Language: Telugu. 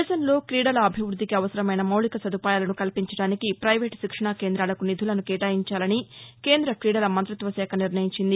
దేశంలో క్రీడల అభివృద్దికి అవసరమైన మౌలిక సదుపాయాలను కల్పించడానికి పైవేట్ శిక్షణా కేందాలకు నిధులను కేటాయించాలని కేంద్ర క్రీడల మంతిత్వ శాఖ నిర్ణయించింది